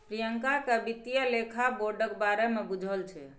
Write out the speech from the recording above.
प्रियंका केँ बित्तीय लेखा बोर्डक बारे मे बुझल छै